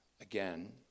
again